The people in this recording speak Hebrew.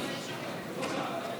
חברות וחברים,